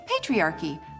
Patriarchy